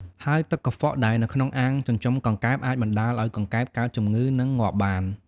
ហើយទឹកកខ្វក់ដែលនៅក្នុងអាងចិញ្ចឹមកង្កែបអាចបណ្ដាលឲ្យកង្កែបកើតជំងឺ និងងាប់បាន។